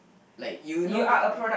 like you know